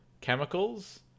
chemicals